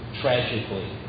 tragically